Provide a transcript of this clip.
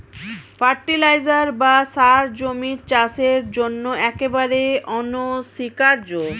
fertiliser বা সার জমির চাষের জন্য একেবারে অনস্বীকার্য